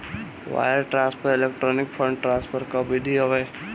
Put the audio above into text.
wire transfer electronic fund transfer कअ विधि हवे